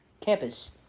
campus